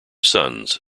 sons